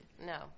No